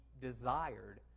desired